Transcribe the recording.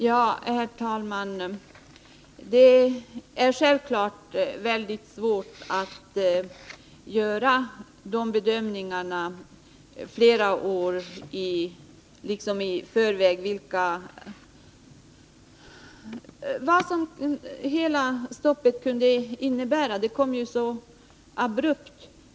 Herr talman! Det är självfallet väldigt svårt att flera år i förväg göra bedömningar av vad hela stoppet skulle kunna innebära. Det kom ju också abrupt.